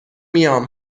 میام